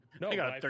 No